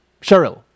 Cheryl